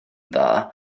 dda